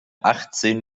achtzehn